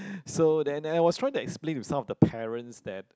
so then and I was trying to explain with some of the parents that